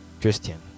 Christian